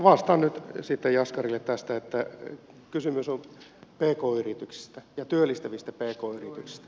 vastaan nyt jaskarille tästä että kysymys on pk yrityksistä ja työllistävistä pk yrityksistä